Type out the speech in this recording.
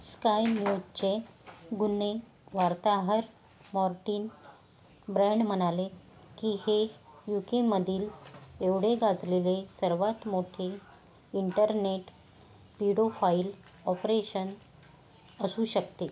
sky न्यूजचे गुन्हे वार्ताहर मॉर्टिन ब्रण म्हणाले की हे यूकेमधील एवढे गाजलेले सर्वात मोठे इंटरनेट पीडोफाइल ऑपरेशन असू शकते